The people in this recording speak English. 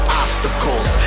obstacles